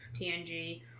TNG